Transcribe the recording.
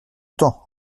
temps